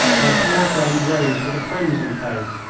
my poor friend rose with a crimson face.